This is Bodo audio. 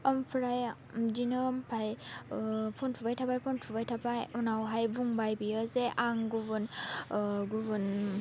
ओमफ्राय बिदिनो ओमफ्राय फन थुबाय थाबाय फन थुबाय थाबाय उनावहाय बुंबाय बियो जे आं गुबुन गुबुन